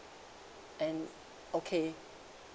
and okay